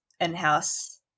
in-house